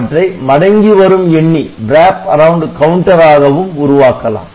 அவற்றை மடங்கி வரும் எண்ணி ஆகவும் உருவாக்கலாம்